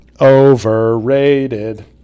overrated